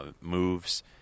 moves